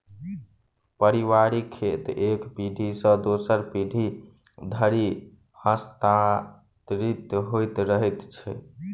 पारिवारिक खेत एक पीढ़ी सॅ दोसर पीढ़ी धरि हस्तांतरित होइत रहैत छै